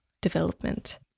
development